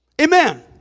Amen